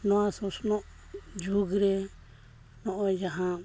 ᱱᱚᱣᱟ ᱥᱚᱥᱱᱚᱜ ᱡᱩᱜᱽ ᱨᱮ ᱱᱚᱜᱼᱚᱭ ᱡᱟᱦᱟᱸ